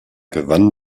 gewann